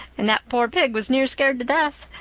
and that poor pig was near scared to death.